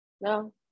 no